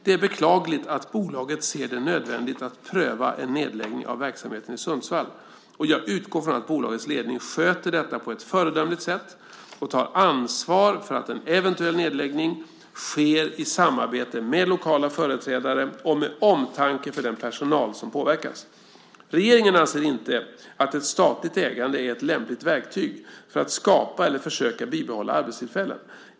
Det är beklagligt att bolaget ser det nödvändigt att pröva en nedläggning av verksamheten i Sundsvall och jag utgår från att bolagets ledning sköter detta på ett föredömligt sätt och tar ansvar för att en eventuell nedläggning sker i samarbete med lokala företrädare och med omtanke om den personal som påverkas. Regeringen anser inte att ett statligt ägande är ett lämpligt verktyg för att skapa eller försöka bibehålla arbetstillfällen.